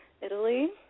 italy